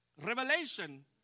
revelation